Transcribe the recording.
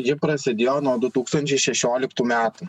ji prasidėjo nuo du tūkstančiai šešioliktų metų